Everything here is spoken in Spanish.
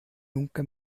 nunca